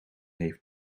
heeft